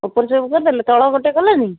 ଉପର ସବୁ କରିଦେଲେ ତଳ ଗୋଟେ କଲେନି